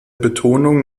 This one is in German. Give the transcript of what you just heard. betonung